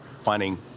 finding